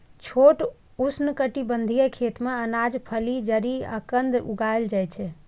छोट उष्णकटिबंधीय खेत मे अनाज, फली, जड़ि आ कंद उगाएल जाइ छै